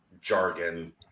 jargon